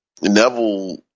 Neville